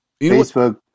Facebook